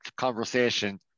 conversation